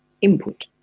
input